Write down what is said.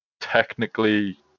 technically